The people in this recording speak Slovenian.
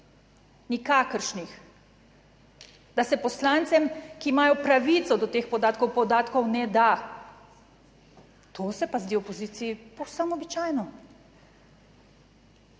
nikakršnih. Da se poslancem, ki imajo pravico do teh podatkov ne da, to se pa zdi v opoziciji povsem običajno,